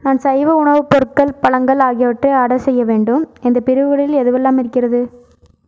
நான் சைவ உணவுப் பொருட்கள் பழங்கள் ஆகியவற்றை ஆடர் செய்ய வேண்டும் இந்தப் பிரிவுகளில் எதுவெல்லாம் இருக்கிறது